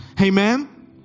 Amen